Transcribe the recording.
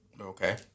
Okay